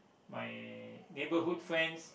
my neighborhood friends